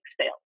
sales